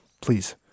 please